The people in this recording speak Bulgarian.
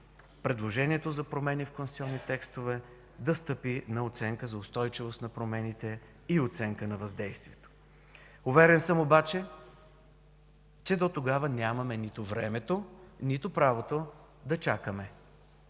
предложението за промени в конституционни текстове да стъпи на оценка за устойчивост на промените и оценка на въздействието. Уверен съм обаче, че дотогава нямаме нито времето, нито правото да чакаме.